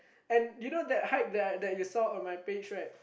and you know that hike that I I that you saw on my page right